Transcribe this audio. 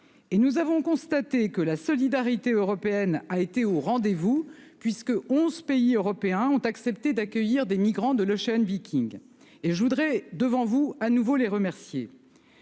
Nous avons constaté que la solidarité européenne a été au rendez-vous, puisque onze pays européens ont accepté d'accueillir des migrants de l'et je voudrais devant vous, mesdames, messieurs